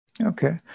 Okay